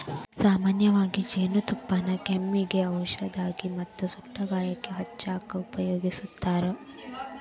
ಸಾಮನ್ಯವಾಗಿ ಜೇನುತುಪ್ಪಾನ ಕೆಮ್ಮಿಗೆ ಔಷದಾಗಿ ಮತ್ತ ಸುಟ್ಟ ಗಾಯಕ್ಕ ಹಚ್ಚಾಕ ಉಪಯೋಗಸ್ತಾರ